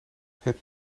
het